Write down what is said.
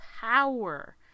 power